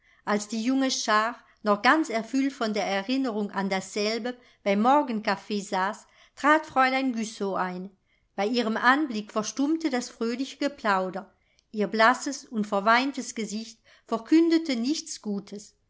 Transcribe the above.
als die junge schar noch ganz erfüllt von der erinnerung an dasselbe beim morgenkaffee saß trat fräulein güssow ein bei ihrem anblick verstummte das fröhliche geplauder ihr blasses und verweintes gesicht verkündete nichts gutes